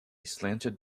slanted